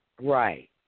Right